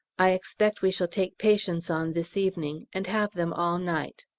i expect we shall take patients on this evening, and have them all night.